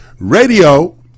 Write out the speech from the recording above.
Radio